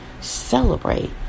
celebrate